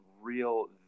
real